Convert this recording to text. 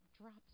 drops